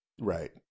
Right